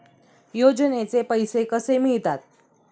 योजनेचे पैसे कसे मिळतात?